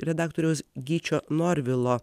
redaktoriaus gyčio norvilo